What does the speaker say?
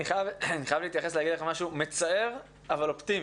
אני חייב לומר לך משהו מצער אבל אופטימי.